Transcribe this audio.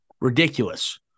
ridiculous